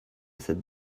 cette